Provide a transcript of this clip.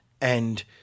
And-